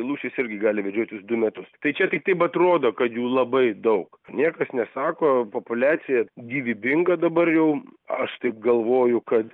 lūšys irgi gali vedžioti juos du metus tai čia tik taip atrodo kad jų labai daug niekas nesako populiacija gyvybinga dabar jau aš taip galvoju kad